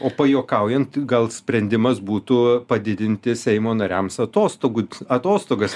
o pajuokaujant gal sprendimas būtų padidinti seimo nariams atostogų atostogas